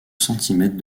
centimètres